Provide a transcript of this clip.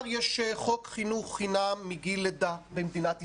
יש חוק חינוך חינם מגיל לידה במדינת ישראל,